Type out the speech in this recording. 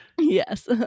Yes